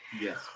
Yes